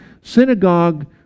synagogue